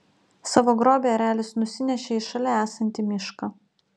savo grobį erelis nusinešė į šalia esantį mišką